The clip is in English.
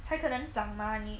才可能长 money